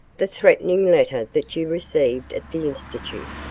the threatening letter that you received at the institute.